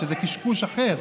שזה קשקוש אחר.